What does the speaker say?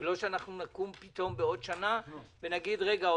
לא שאנחנו נקום פתאום בעוד שנה ונגיד: רגע,